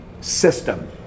system